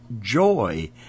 joy